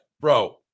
bro